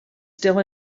still